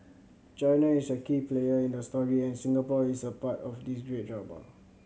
China is a key player in the story and Singapore is a part of this